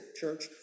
church